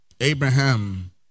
Abraham